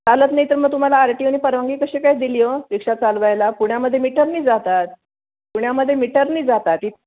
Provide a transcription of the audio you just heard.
चालत नाही तर मग तुम्हाला आर टी ओ नी परवानगी कशी काय दिली हो रीक्षा चालवायला पुण्यामध्ये मीटरने जातात पुण्यामध्ये मिटरनेच जातात इ